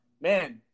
man